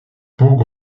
pour